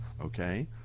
okay